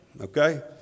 Okay